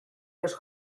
los